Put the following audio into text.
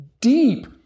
deep